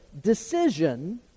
decision